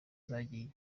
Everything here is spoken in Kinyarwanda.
zagiye